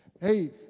Hey